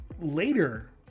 later